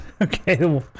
Okay